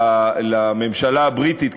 לממשלה הבריטית,